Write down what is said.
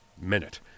minute